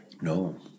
No